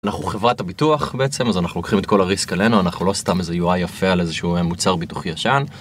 אנחנו חברת הביטוח בעצם, אז אנחנו לוקחים את כל הריסק עלינו, אנחנו לא סתם איזה UI יפה על איזה שהוא מוצר ביטוחי ישן.